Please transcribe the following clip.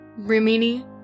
Rimini